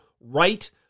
right